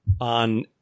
on